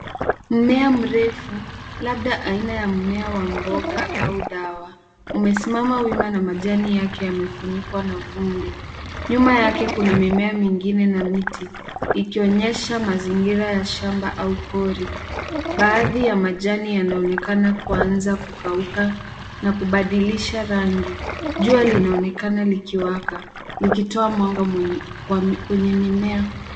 Mmea mrefu labda aina ya mmea wa mboga au dawa, umesimama wima na majani yake yamefunikwa na vumbi. Nyuma yake kuna mimea mingine na miti ikionyesha mazingira ya shamba au pori. Baadhi ya majani yanaonekana kuanza kukauka na kubadilisha rangi. Jua linaonekana likiwaka, likitoa mwanga kwenye mimea.